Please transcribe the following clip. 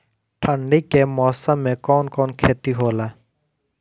ठंडी के मौसम में कवन कवन खेती होला?